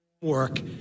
work